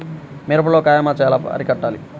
మిరపలో కాయ మచ్చ ఎలా అరికట్టాలి?